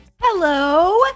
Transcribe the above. Hello